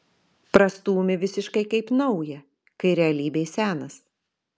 prastūmė visiškai kaip naują kai realybėj senas